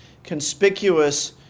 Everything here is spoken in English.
conspicuous